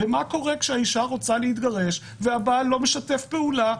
ומה קורה כשהאישה רוצה להתגרש והבעל לא משתף פעולה?